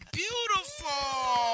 beautiful